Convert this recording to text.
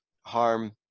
harm